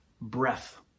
Breath